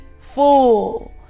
full